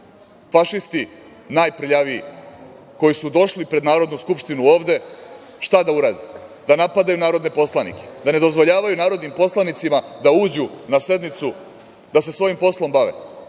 fašisti najprljaviji koji su došli pred Narodnu skupštinu ovde šta da urade, da napadaju narodne poslanike, da ne dozvoljavaju narodnim poslanicima da uđu na sednicu, da se svojim poslom bave,